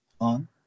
On